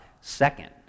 second